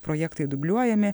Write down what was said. projektai dubliuojami